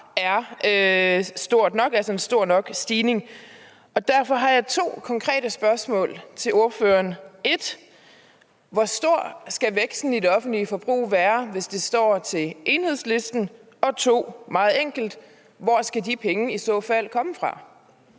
langtfra er en stor nok stigning. Derfor har jeg to konkrete spørgsmål til ordføreren: 1) Hvor stor skal væksten i det offentlige forbrug være, hvis det står til Enhedslisten? Og 2) – meget enkelt – hvor skal de penge i så fald komme fra?